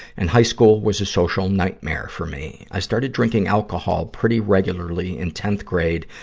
and high school was a social nightmare for me. i started drinking alcohol pretty regularly in tenth grade,